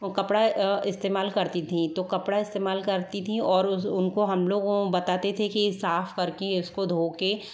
कपड़ा इस्तेमाल करती थीं तो कपड़ा इस्तेमाल करती थीं और उस उनको हम लोग बताते थे कि साफ़ करके उसको धोके